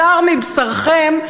בשר מבשרכם,